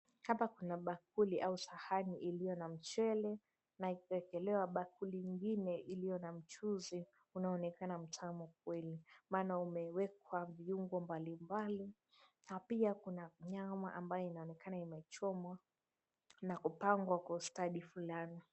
Hapa kuna bakuli au sahani iliyo na mchele na ikawekelewa bakuli ingine iliyo na mchuzi unaooekana mtamu kweli ,maana umewekwa viungo mbalimbali na pia kuna nyama ambayo inaonekana imechomwa na kupangwa kwa ustadi flani .